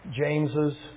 James's